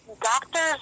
doctors